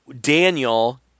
Daniel